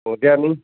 अरजायालै